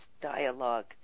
dialogue